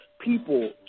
people